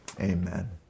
amen